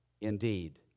indeed